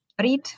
read